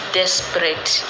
desperate